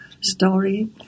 story